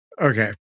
okay